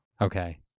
Okay